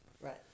Right